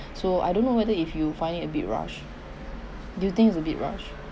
so I don't know whether if you find it a bit rush do you think it's a bit rush